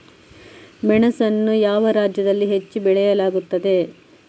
ಮೆಣಸನ್ನು ಯಾವ ರಾಜ್ಯದಲ್ಲಿ ಹೆಚ್ಚು ಬೆಳೆಯಲಾಗುತ್ತದೆ?